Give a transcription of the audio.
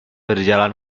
berjalan